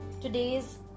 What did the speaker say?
today's